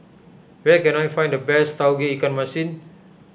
where can I find the best Tauge Ikan Masin